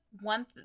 one